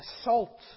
assault